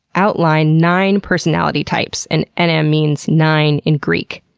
outline nine personality types, and ennea means nine in greek.